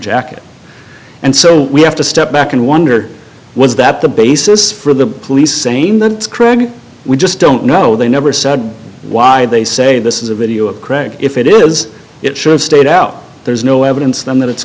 jacket and so we have to step back and wonder was that the basis for the police saying that we just don't know they never said why they say this is a video of craig if it is it should have stayed out there's no evidence then that it's